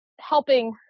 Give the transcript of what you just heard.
helping